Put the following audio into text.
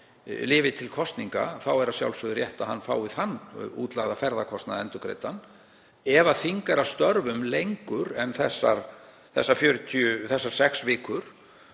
lifi til kosninga, er að sjálfsögðu rétt að hann fái þann útlagða ferðakostnað endurgreiddan. Ef þing er að störfum lengur en þessar sex vikur